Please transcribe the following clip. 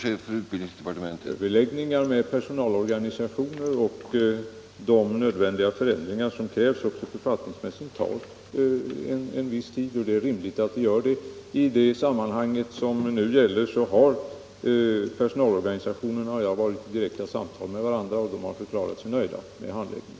Herr talman! Överläggningar med personalorganisationerna och de nödvändiga förändringar som krävs också författningsmässigt tar en viss tid. I det sammanhang det nu gäller har personalorganisationerna och jag haft direkta samtal med varandra, och organisationerna har förklarat sig nöjda med handläggningen.